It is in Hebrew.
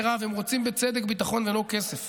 מירב, הם רוצים ביטחון בצדק ולא כסף.